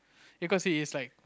because he is like